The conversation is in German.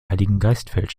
heiligengeistfeld